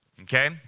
Okay